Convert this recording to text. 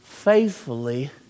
Faithfully